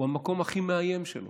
הוא המקום הכי מאיים שלה,